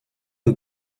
nos